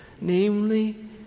namely